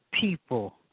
people